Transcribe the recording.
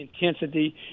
intensity